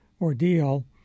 ordeal